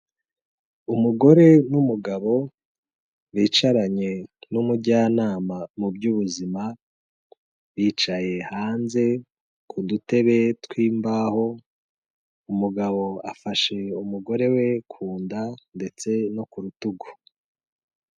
Umugore n'umugabo bicaranye n'umujyanama muby'ubuzima bicaye hanze kudutebe tw'imbaho, umugabo afashe umugore we kunda ndetse no kurutugu.